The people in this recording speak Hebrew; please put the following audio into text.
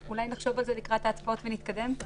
אולי נחשוב על זה לקראת ההצבעות ובינתיים נתקדם?